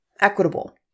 equitable